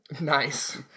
Nice